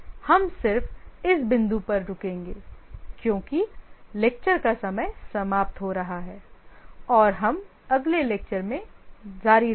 हम सिर्फ इस बिंदु पर रुकेंगे क्योंकि व्याख्यान का समय समाप्त हो रहा है और हम अगले व्याख्यान में जारी रहेंगे